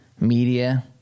Media